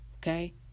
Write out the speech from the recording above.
Okay